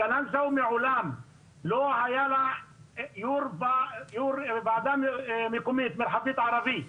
קלנסווה מעולם לא היה לה יו"ר ועדה מקומית מרחבית ערבי.